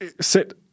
sit